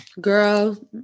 girl